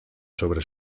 sobre